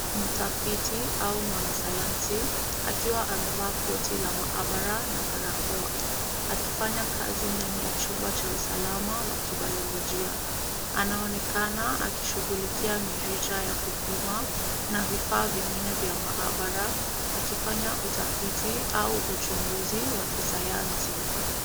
Mtafiti au mwanasayansi akiwa amevaa koti la maabara na barakoa, akifanya kazi ndani ya chumba cha usalama wa kibiolojia. Anaonekana akishughulikia mirija ya kupima na vifaa vingine vya maabara, akifanya utafiti au uchunguzi wa kisayansi.